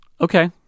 Okay